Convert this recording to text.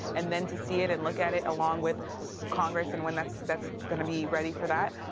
and then to see it and look at it along with congress and when that's that's going to be ready for that.